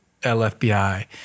LFBI